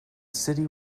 city